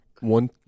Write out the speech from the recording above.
One